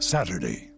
Saturday